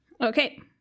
okay